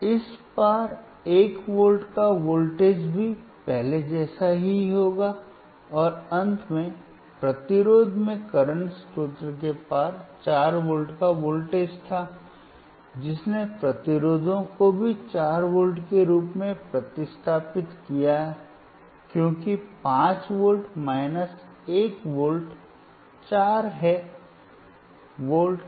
तो इस पार 1 वोल्ट का वोल्टेज भी पहले जैसा ही होगा और अंत में प्रतिरोध में करंट स्रोत के पार 4 वोल्ट का वोल्टेज था जिसने प्रतिरोध को भी 4 वोल्ट के रूप में प्रतिस्थापित किया क्योंकि 5 वोल्ट माइनस 1 वोल्ट 4 है वोल्ट